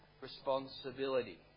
responsibility